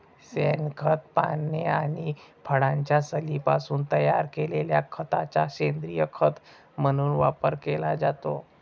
शेणखत, पाने आणि फळांच्या सालींपासून तयार केलेल्या खताचा सेंद्रीय खत म्हणून वापर केला जातो